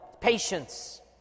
patience